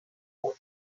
one